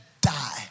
die